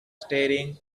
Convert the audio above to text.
staring